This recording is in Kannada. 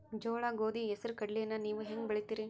ಜೋಳ, ಗೋಧಿ, ಹೆಸರು, ಕಡ್ಲಿಯನ್ನ ನೇವು ಹೆಂಗ್ ಬೆಳಿತಿರಿ?